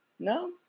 No